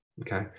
Okay